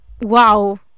wow